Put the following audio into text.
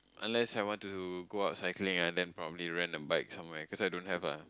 unless I want to go out cycling and then probably rent a bike somewhere cause I don't have ah